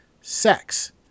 Sex